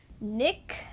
nick